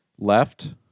Left